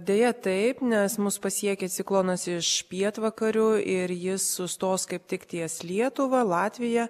deja taip nes mus pasiekė ciklonas iš pietvakarių ir jis sustos kaip tik ties lietuva latvija